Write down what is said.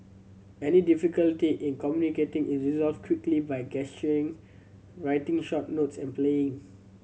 any difficulty in communicating is resolved quickly by gesturing writing short notes and playing